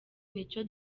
nico